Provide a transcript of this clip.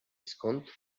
skąd